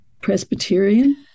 Presbyterian